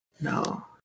no